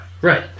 right